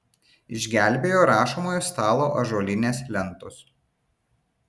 išgelbėjo rašomojo stalo ąžuolinės lentos